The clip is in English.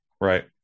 Right